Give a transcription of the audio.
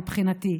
מבחינתי,